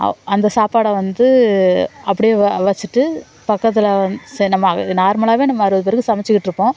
அந்த சாப்பாடை வந்து அப்படே வ வச்சிட்டு பக்கத்தில் சரி நம்ம நார்மலாகவே நம்ம அறுபது பேருக்கு சமைச்சிக்கிட்டிருப்போம்